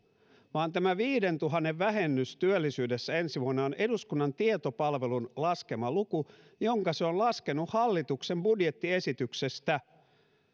vaan tämä viidentuhannen vähennys työllisyydessä ensi vuonna on eduskunnan tietopalvelun laskema luku jonka se on laskenut hallituksen budjettiesityksestä